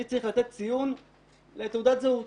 אני צריך לתת ציון לתעודת זהות.